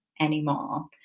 anymore